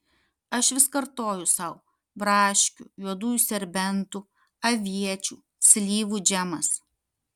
aš vis kartoju sau braškių juodųjų serbentų aviečių slyvų džemas